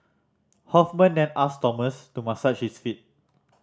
Hoffman then asked Thomas to massage his feet